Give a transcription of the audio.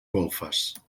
golfes